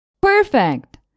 Perfect